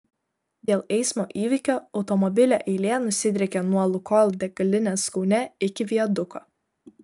dėl eismo įvykio automobilio eilė nusidriekė nuo lukoil degalinės kaune iki viaduko